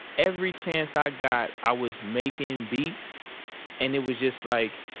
every chance i got, i was making beats and it was just like,